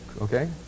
okay